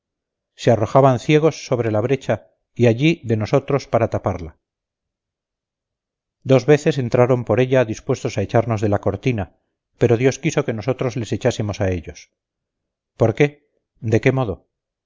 se arrojaban ciegos sobre la brecha y allí de nosotros para taparla dos veces entraron por ella dispuestos a echarnos de la cortina pero dios quiso que nosotros les echásemos a ellos por qué de qué modo